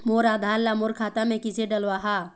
मोर आधार ला मोर खाता मे किसे डलवाहा?